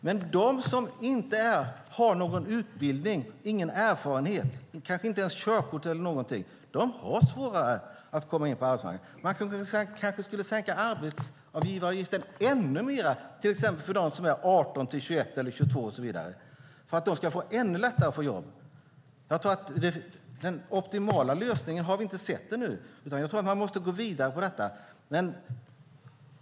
Men de som inte har utbildning eller erfarenhet, kanske inte ens körkort, har svårare att komma in på arbetsmarknaden. Man kanske skulle sänka arbetsgivaravgiften ännu mer, till exempel för dem som är 18-22 så att de ännu lättare får jobb. Den optimala lösningen har vi inte sett ännu, utan vi måste gå vidare med detta.